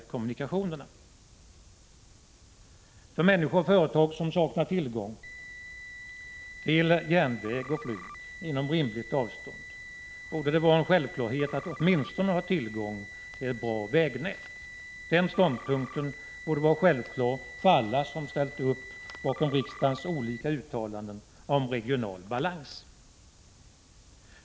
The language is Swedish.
Det borde vara självklart att människor och företag som saknar tillgång till järnväg och till flyg inom rimligt avstånd åtminstone skall ha tillgång till ett bra vägnät. Den ståndpunkten borde vara en självklarhet för alla som ställt upp bakom riksdagens olika uttalanden om regional balans.